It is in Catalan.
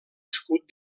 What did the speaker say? escut